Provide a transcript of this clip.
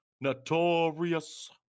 Notorious